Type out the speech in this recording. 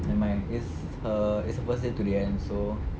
nevermind it's her it's her first day today kan so